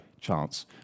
chance